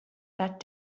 that